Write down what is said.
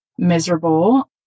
Miserable